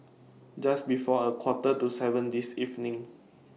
Just before A Quarter to seven This evening